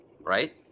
right